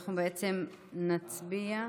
אנחנו נצביע שמית?